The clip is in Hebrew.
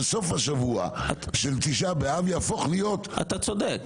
שסוף השבוע של תשעה באב יהפוך להיות --- אתה צודק.